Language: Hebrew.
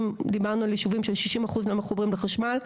דיברנו על ישובים ש-60% לא מחוברים לחשמל,